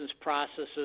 processes